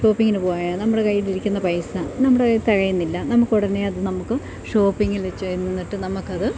ഷോപ്പിംഗിനു പോയാൽ നമ്മുടെ കയ്യിലിരിക്കുന്ന പൈസ നമ്മുടെ കയ്യിൽ തികയുന്നില്ല നമുക്കുടനെയത് നമുക്ക് ഷോപ്പിംങ്ങിൽ വെച്ചേ നിന്നിട്ട് നമുക്കത്